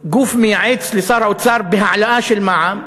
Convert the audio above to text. גוף מייעץ לשר האוצר בהעלאה של מע"מ,